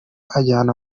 ajyana